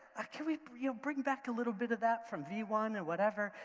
ah can we bring back a little bit of that from view one and whatever?